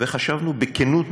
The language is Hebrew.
וחשבנו בכנות,